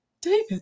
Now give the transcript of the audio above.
David